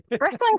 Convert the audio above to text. Wrestling